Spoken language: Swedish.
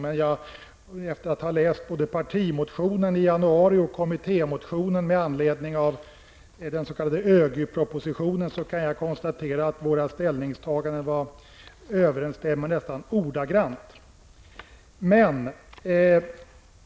Efter att ha läst både partimotionen från januari och kommittémotionen med anledning av den s.k. ÖGY-propositionen kan jag dock konstatera att våra ställningstaganden överensstämde nästan ordagrant.